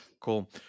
Cool